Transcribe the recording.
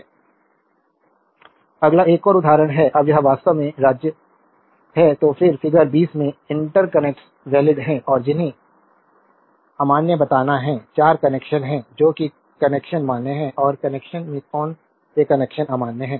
देखें slide time 0749 अगला एक और उदाहरण है अब यह वास्तव में राज्य है जो फिगर 20 में इंटरकनेक्ट वैलिड हैं और जिन्हें अमान्य बताना है 4 कनेक्शन हैं जो कि कनेक्शन मान्य हैं और कनेक्शन में कौन से कनेक्शन अमान्य हैं